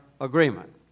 agreement